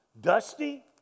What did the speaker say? dusty